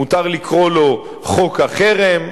מותר לקרוא לו "חוק החרם".